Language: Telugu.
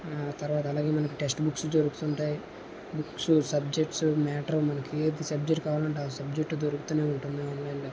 తర్వాత అలాగే మనకు టెక్ట్స్ బుక్స్ దొరుకుంతుంటాయి బుక్స్ సబ్జెక్ట్స్ మ్యాటర్ మనకి ఏది సబ్జెక్ట్ కావాలంటే ఆ సబ్జెక్ట్ దొరుకుతూనే ఉంటుంది ఆన్లైన్ లో